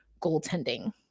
goaltending